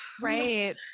Right